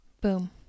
Boom